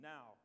Now